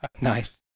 Nice